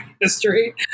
history